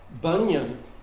Bunyan